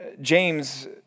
James